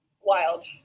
Wild